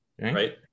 right